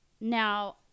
Now